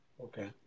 Okay